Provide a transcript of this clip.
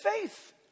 faith